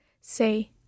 Say